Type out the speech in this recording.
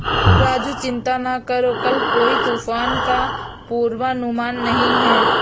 राजू चिंता ना करो कल कोई तूफान का पूर्वानुमान नहीं है